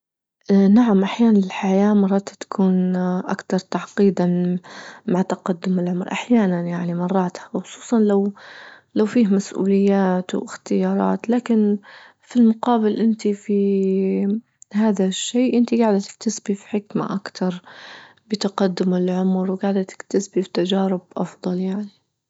اه نعم أحيانا الحياة مرات تكون اه أكتر تعقيدا مع تقدم العمر أحيانا يعني مرات وخصوصا لو-لو فيه مسؤوليات واختيارات لكن في المقابل أنت في هذا الشيء أنت جاعدة تكتسبي في حكمة أكتر بتقدم العمر وجاعدة تكتسبي في تجارب أفضل يعني.